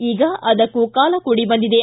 ಈಗ ಅದಕ್ಕೂ ಕಾಲ ಕೂಡಿ ಬಂದಿದೆ